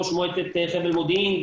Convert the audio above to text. ראש מועצת חבל מודיעין,